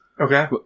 Okay